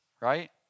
right